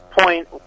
point